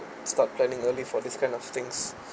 start planning early for this kind of things